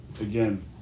again